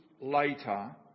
later